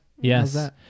Yes